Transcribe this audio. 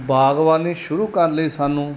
ਬਾਗਬਾਨੀ ਸ਼ੁਰੂ ਕਰਨ ਲਈ ਸਾਨੂੰ